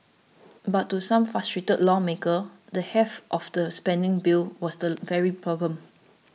but to some frustrated lawmakers the heft of the spending bill was the very problem